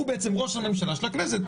הוא בעצם ראש הממשלה של הכנסת.